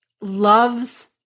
loves